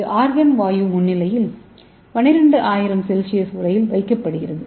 இது ஆர்கான் வாயு முன்னிலையில் 12000 செல்சியஸில் உலையில் வைக்கப்படுகிறது